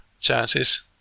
chances